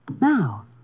Now